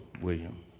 William